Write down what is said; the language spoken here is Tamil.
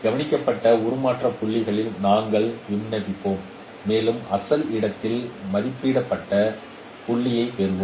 கவனிக்கப்பட்ட உருமாற்ற புள்ளிகளிலும் நாங்கள் விண்ணப்பிப்போம் மேலும் அசல் இடத்தில் மதிப்பிடப்பட்ட புள்ளியைப் பெறுவோம்